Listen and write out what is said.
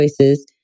choices